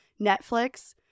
Netflix